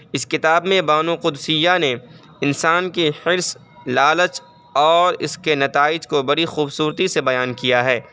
اس کتاب میں بانو قدسیہ نے انسان کے حرص لالچ اور اس کے نتائج کو بڑی خوبصورتی سے بیان کیا ہے